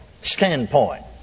standpoint